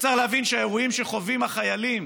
צריך להבין שהאירועים שחווים החיילים